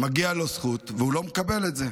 מגיעה לו זכות, והוא לא מקבל את זה,